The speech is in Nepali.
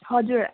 हजुर